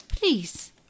Please